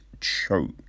choke